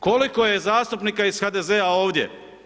Koliko je zastupnika iz HDZ-a ovdje?